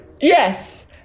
yes